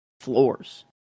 floors